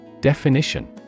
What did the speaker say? Definition